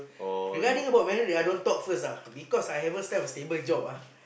regarding about marriage I don't talk first lah because I haven't found a stable job ah